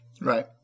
Right